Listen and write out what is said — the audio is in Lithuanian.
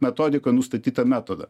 metodikoj nustatytą metodą